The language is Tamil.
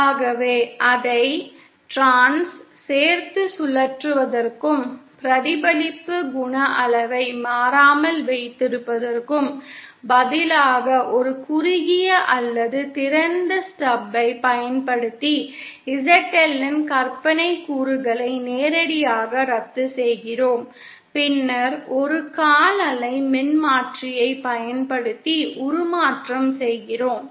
ஆகவே அதை சேர்த்து சுழற்றுவதற்கும் பிரதிபலிப்பு குணக அளவை மாறாமல் வைத்திருப்பதற்கும் பதிலாக ஒரு குறுகிய அல்லது திறந்த ஸ்டப்பைப் பயன்படுத்தி ZL இன் கற்பனைக் கூறுகளை நேரடியாக ரத்துசெய்கிறோம் பின்னர் ஒரு கால் அலை மின்மாற்றியைப் பயன்படுத்தி உருமாற்றம் செய்கிறோம்